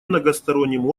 многосторонним